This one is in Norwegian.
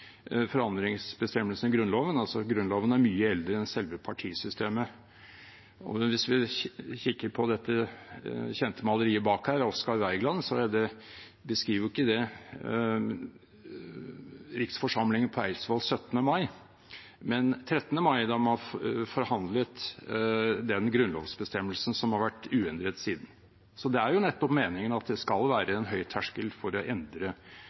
kikker på det kjente maleriet bak oss, av Oscar Wergeland, beskriver ikke det riksforsamlingen på Eidsvoll 17. mai, men 13. mai, da man forhandlet den grunnlovsbestemmelsen som har vært uendret siden. Så det er nettopp meningen at det skal være en høy terskel for å endre